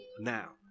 now